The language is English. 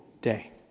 day